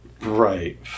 Right